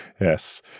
Yes